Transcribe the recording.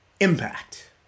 impact